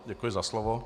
Děkuji za slovo.